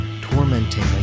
tormenting